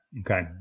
Okay